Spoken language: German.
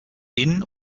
inn